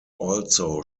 also